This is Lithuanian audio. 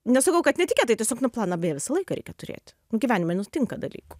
nesakau kad netikėtai tiesiog nu planą bė visą laiką reikia turėti gyvenime nutinka dalykų